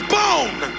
bone